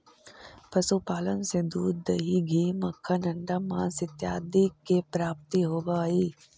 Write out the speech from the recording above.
पशुपालन से दूध, दही, घी, मक्खन, अण्डा, माँस इत्यादि के प्राप्ति होवऽ हइ